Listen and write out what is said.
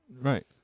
Right